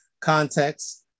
context